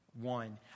one